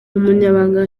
umunyamabanga